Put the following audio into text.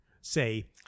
say